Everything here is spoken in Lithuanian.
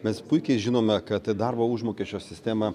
mes puikiai žinome kad darbo užmokesčio sistema